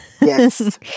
Yes